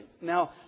Now